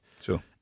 Sure